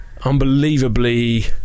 unbelievably